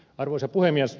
arvoisa puhemies